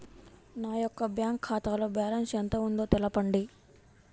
నా యొక్క బ్యాంక్ ఖాతాలో బ్యాలెన్స్ ఎంత ఉందో తెలపండి?